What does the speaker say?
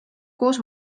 koos